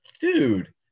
dude